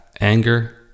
anger